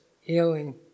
healing